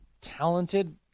talented